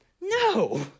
No